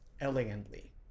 elegantly